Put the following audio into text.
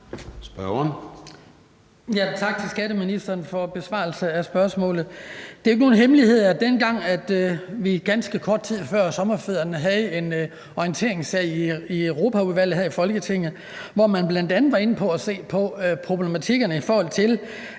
Det er jo ikke nogen hemmelighed, at dengang vi ganske kort tid før sommerferien havde en orienteringssag i Europaudvalget her i Folketinget, hvor man bl.a. var inde at se på problematikkerne, i forhold til